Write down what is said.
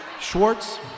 Schwartz